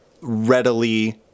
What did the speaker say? readily